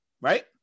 Right